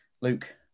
Luke